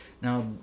Now